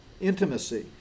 intimacy